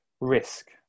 Risk